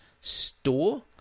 store